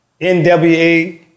NWA